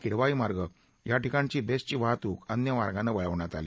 किडवाई मार्ग या ठिकाणची बेस्टची वाहतुक अन्य मार्गाने वळविण्यात आली